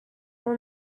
will